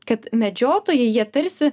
kad medžiotojai jie tarsi